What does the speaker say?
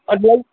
ꯂꯩ